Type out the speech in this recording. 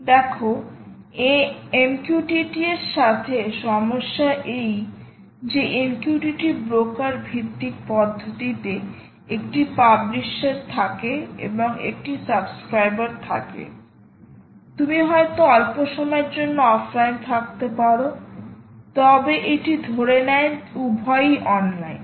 দেখো MQTT এর সাথে সমস্যা এই যে MQTT ব্রোকার ভিত্তিক পদ্ধতিতে একটি পাবলিশার থাকে এবং একটি সাবস্ক্রাইবার থাকে তুমি হয়তো অল্প সময়ের জন্য অফলাইন থাকতে পারো তবে এটি ধরে নেয় উভয়ই অনলাইনে